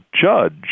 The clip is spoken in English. judge